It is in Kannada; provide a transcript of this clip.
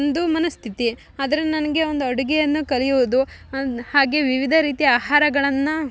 ಒಂದು ಮನಸ್ಥಿತಿ ಆದರೆ ನನಗೆ ಒಂದು ಅಡುಗೆಯನ್ನು ಕಲಿಯುವುದು ಅನ್ನು ಹಾಗೆ ವಿವಿಧ ರೀತಿಯ ಆಹಾರಗಳನ್ನು